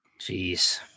jeez